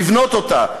לבנות אותה,